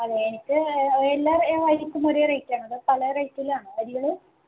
അതെ എനിക്ക് എല്ലാ അരിക്കും ഒരേ റേറ്റ് തന്നെയാണോ അതോ പല റേറ്റിലാണോ അരികള്